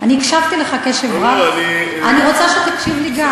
אני הקשבתי לך קשב רב, אני רוצה שתקשיב לי.